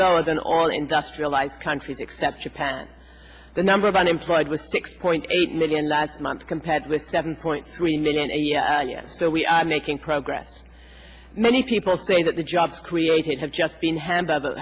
lower than all industrialized countries except japan the number of unemployed was six point eight million last month compared with seven point three million a year so we are making progress many people say that the jobs created have just been handed